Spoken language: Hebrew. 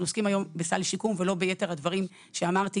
עוסקים היום בסל שיקום ולא ביתר הדברים שאמרתי,